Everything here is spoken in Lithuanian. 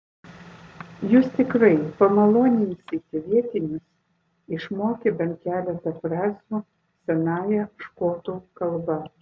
jūs tikrai pamaloninsite vietinius išmokę bent keletą frazių senąją škotų kalba